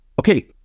Okay